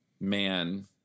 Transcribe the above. man